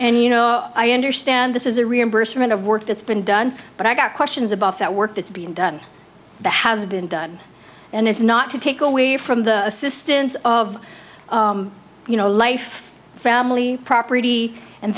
and you know i understand this is a reimbursement of work that's been done but i got questions about that work that's being done the has been done and it's not to take away from the assistance of you know life family property and